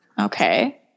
Okay